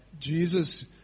Jesus